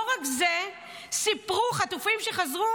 לא רק זה, חטופים שחזרו